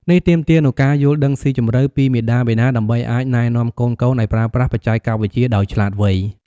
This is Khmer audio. នេះទាមទារនូវការយល់ដឹងស៊ីជម្រៅពីមាតាបិតា ដើម្បីអាចណែនាំកូនៗឱ្យប្រើប្រាស់បច្ចេកវិទ្យាដោយឆ្លាតវៃ។